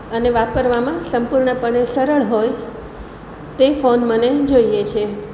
અને વાપરવામા સંપૂર્ણપણે સરળ હોય તે ફોન મને જોઈએ છે